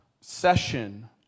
session